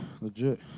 legit